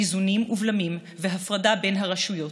איזונים ובלמים והפרדה בין הרשויות,